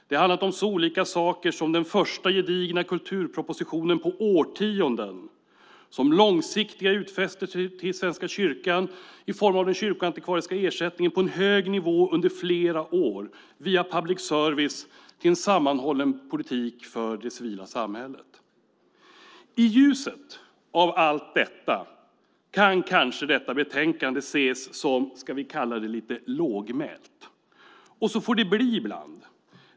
Det har handlat om så olika saker som den första gedigna kulturpropositionen på årtionden, långsiktiga utfästelser till Svenska kyrkan i form av en kyrkoantikvarisk ersättning på en hög nivå under flera år, public service och en sammanhållen politik för det civila samhället. I ljuset av allt det kan kanske detta betänkande ses som, ska vi kalla det, lågmält. Så får det bli ibland.